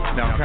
Now